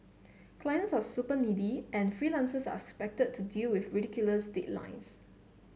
clients are super needy and freelancers are expected to deal with ridiculous deadlines